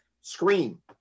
Scream